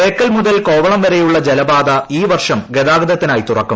ബേക്കൽ മുതൽ കോവളം വരെയുള്ള ജലപാത ഈ വർഷം ഗതാഗതത്തിനായി തുറക്കും